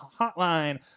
hotline